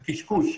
זה קשקוש.